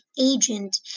agent